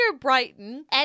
Brighton